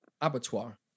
abattoir